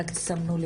רק תסמנו לי,